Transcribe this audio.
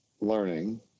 learning